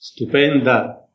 stupenda